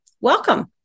Welcome